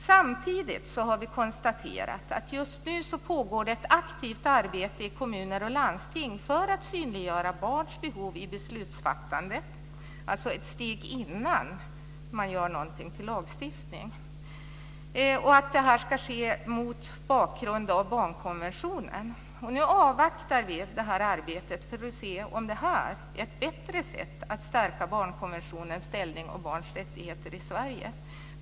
Samtidigt har vi konstaterat att det just nu pågår ett aktivt arbete i kommuner och landsting för att synliggöra barns behov i beslutsfattandet, alltså ett steg före lagstiftning, och att det ska ske mot bakgrund av barnkonventionen. Nu avvaktar vi det arbetet för att se om det är ett bättre sätt att stärka barnkonventionen och barns rättigheter i Sverige.